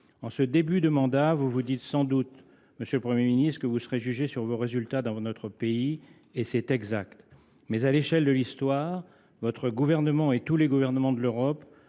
En ce début de mandat, vous vous dites sans doute, monsieur le Premier ministre, que vous serez jugé sur vos résultats dans notre pays, et c’est exact. Mais à l’échelle de l’Histoire, votre gouvernement et tous les gouvernements d’Europe